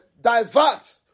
divert